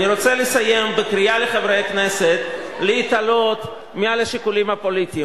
אני רוצה לסיים בקריאה לחברי הכנסת להתעלות מעל לשיקולים הפוליטיים.